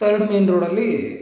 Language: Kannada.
ತರ್ಡ್ ಮೇಯ್ನ್ ರೋಡಲ್ಲಿ